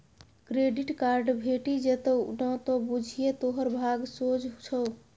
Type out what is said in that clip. credit card भेटि जेतउ न त बुझिये तोहर भाग सोझ छौ